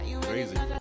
Crazy